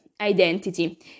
identity